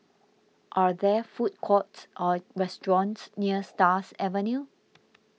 are there food courts or restaurants near Stars Avenue